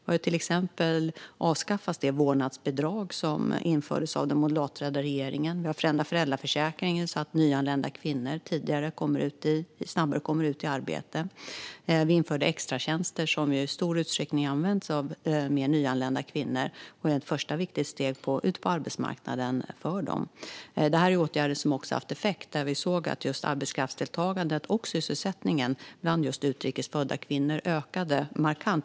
Vi har till exempel avskaffat det vårdnadsbidrag som infördes av den moderatledda regeringen, vi har förändrat föräldraförsäkringen så att nyanlända kvinnor snabbare kommer ut i arbete och vi införde extratjänster som i stor utsträckning används av nyanlända kvinnor då det är ett första viktigt steg ut på arbetsmarknaden för dem. Det här är åtgärder som har haft effekt. Vi såg att arbetskraftsdeltagandet och sysselsättningen bland just utrikesfödda kvinnor ökade markant.